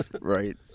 right